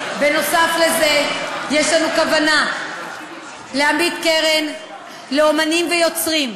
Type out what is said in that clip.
יש לנו כוונה להעמיד קרן לאמנים ויוצרים,